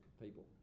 people